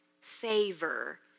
Favor